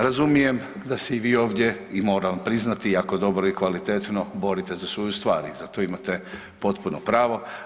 Razumijem da se i vi ovdje i moram vam priznati jako dobro i kvalitetno borite za svoju stvar i za to imate potpuno pravo.